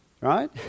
right